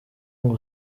ngo